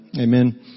Amen